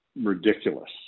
ridiculous